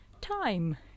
time